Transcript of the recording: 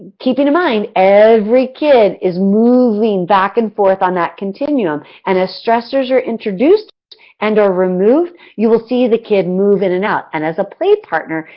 keeping in mind, every kid is moving back and forth on that continuum. and as stressors are introduced and or removed, you will see the kid move in and out. and, as a play partner,